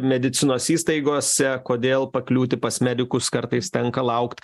medicinos įstaigose kodėl pakliūti pas medikus kartais tenka laukt